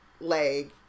leg